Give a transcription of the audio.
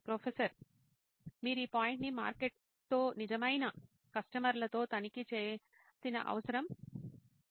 professor మీరు ఈ పాయింట్ని మార్కెట్తో నిజమైన కస్టమర్లతో తనిఖీ చేయాల్సిన అవసరం ఉందని నేను భావిస్తున్నాను